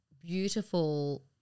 beautiful